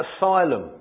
asylum